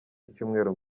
icyumweru